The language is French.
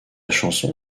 chanson